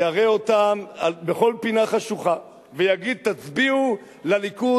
יראה אותם בכל פינה חשוכה ויגיד: תצביעו לליכוד,